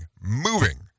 moving